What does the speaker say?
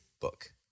book